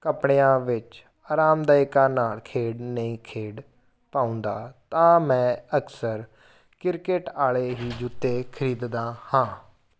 ਕੱਪੜਿਆਂ ਵਿੱਚ ਅਰਾਮਦਾਇਕਾ ਨਾਲ ਖੇਡ ਨਹੀਂ ਖੇਡ ਪਾਉਂਦਾ ਤਾਂ ਮੈਂ ਅਕਸਰ ਕ੍ਰਿਕਟ ਆਲੇ ਹੀ ਜੁੱਤੇ ਖਰੀਦਦਾ ਹਾਂ